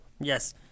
Yes